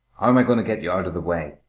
how am i going to get you out of the way?